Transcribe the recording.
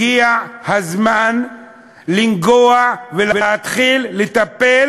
הגיע הזמן לנגוע ולהתחיל לטפל